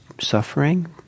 suffering